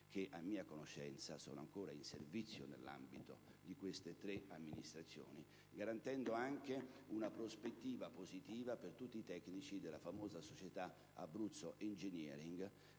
che, a mia conoscenza, sono ancora in servizio nell'ambito di queste tre amministrazioni, garantendo anche una prospettiva positiva per tutti i tecnici della famosa società «Abruzzo Engineering»,